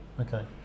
okay